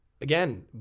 Again